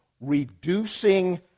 reducing